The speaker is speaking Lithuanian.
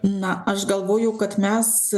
na aš galvoju kad mes